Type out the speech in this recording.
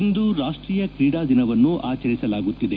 ಇಂದು ರಾಷ್ಷೀಯ ಕ್ರೀಡಾ ದಿನವನ್ನು ಆಚರಿಸಲಾಗುತ್ತಿದೆ